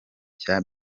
cya